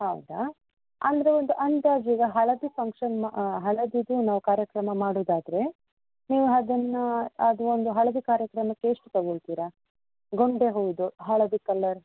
ಹೌದಾ ಅಂದರೆ ಒಂದು ಅಂದಾಜು ಈಗ ಹಳದಿ ಫಂಕ್ಷನ್ ಮಾ ಹಳದಿದು ನಾವು ಕಾರ್ಯಕ್ರಮ ಮಾಡೋದಾದ್ರೆ ನೀವು ಅದನ್ನ ಅದು ಒಂದು ಹಳದಿ ಕಾರ್ಯಕ್ರಮಕ್ಕೆ ಎಷ್ಟು ತಗೊಳ್ತೀರ ಗೊಂಡೆ ಹೌದು ಹಳದಿ ಕಲ್ಲರ್